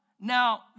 Now